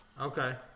Okay